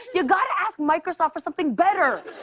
you got to ask microsoft for something better.